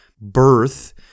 birth